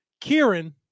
kieran